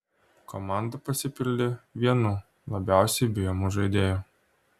komanda pasipildė vienu labiausiai bijomų žaidėjų